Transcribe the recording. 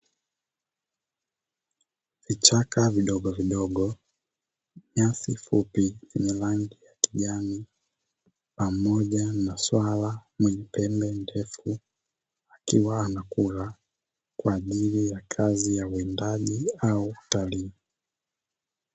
Vichaka vidogovidogo, nyasi fupi zenye rangi ya kijani pamoja na swala mwenye pembe refu akiwa anakula kwaajili ya kazi ya uwindaji au utalii.